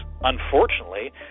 unfortunately